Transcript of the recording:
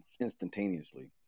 instantaneously